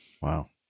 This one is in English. Wow